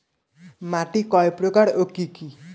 মাটি কয় প্রকার ও কি কি?